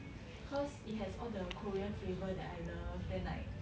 cause it has all the korean flavour that I love then like